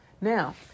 Now